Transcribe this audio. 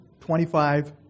25